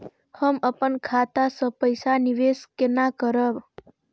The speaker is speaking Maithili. हम अपन खाता से पैसा निवेश केना करब?